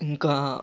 ఇంకా